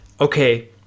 okay